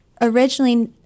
originally